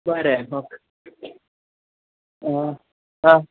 बरं आहे हो हो